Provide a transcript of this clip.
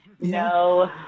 no